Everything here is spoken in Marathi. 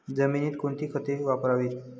जमिनीत कोणती खते वापरावीत?